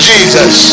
Jesus